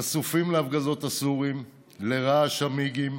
חשופים להפגזות הסורים, לרעש המיגים